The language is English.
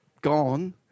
gone